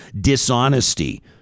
dishonesty